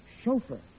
Chauffeur